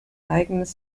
eigenes